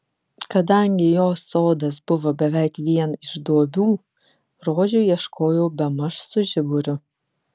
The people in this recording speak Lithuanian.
kadangi jos sodas buvo beveik vien iš duobių rožių ieškojau bemaž su žiburiu